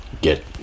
get